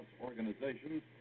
organizations